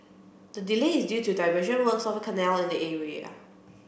the delay is due to diversion works of a canal in the area